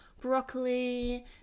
broccoli